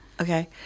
Okay